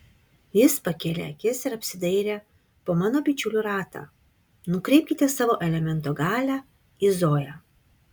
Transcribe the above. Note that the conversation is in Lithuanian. jis pakėlė akis ir apsidairė po mano bičiulių ratą nukreipkite savo elemento galią į zoją